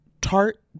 tart